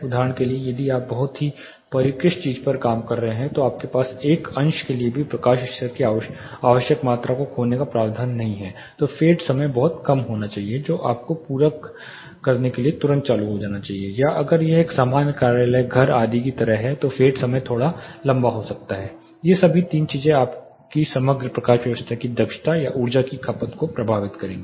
उदाहरण के लिए यदि आप एक बहुत ही परिष्कृत चीज पर काम कर रहे हैं तो आपके पास के एक अंश के लिए भी प्रकाश स्तर की आवश्यक मात्रा को खोने का प्रावधान नहीं है तो फेड समय बहुत कम होना चाहिए जो आपको पूरक करने के लिए तुरंत चालू होना चाहिए या अगर यह एक सामान्य कार्यालय घर आदि की तरह है तो फेड समय थोड़ा लंबा हो सकता है ये सभी 3 चीजें आपकी समग्र प्रकाश व्यवस्था की दक्षता या ऊर्जा की खपत को प्रभावित करेंगी